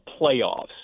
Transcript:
playoffs